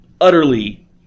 utterly